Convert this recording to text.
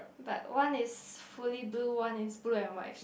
but one is fully blue one is blue and white stripe